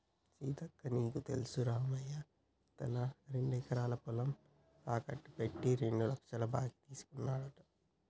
సీతక్క నీకు తెల్సా రామయ్య తన రెండెకరాల పొలం తాకెట్టు పెట్టి రెండు లచ్చల బాకీ తీసుకున్నాడంట